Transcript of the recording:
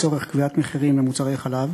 לצורך קביעת מחירים למוצרי חלב